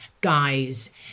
guys